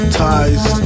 ties